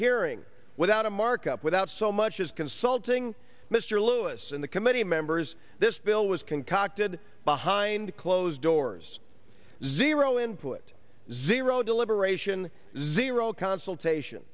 hearing without a markup without so much as consulting mr lewis and the committee members this bill was concocted behind closed doors zero input zero deliberation zero consultation